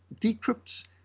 decrypts